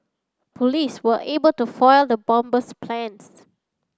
police were able to foil the bomber's plans